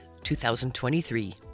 2023